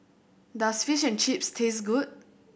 does Fish and Chips taste good